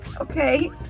Okay